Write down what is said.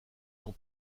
dans